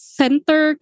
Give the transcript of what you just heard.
center